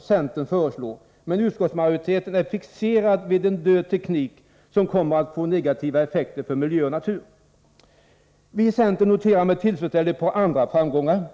centern föreslår. Men utskottsmajoriteten är fixerad vid en död teknik, som kommer att få negativa effekter för miljö och natur. Vi i centern noterar med tillfredsställelse ett par andra framgångar.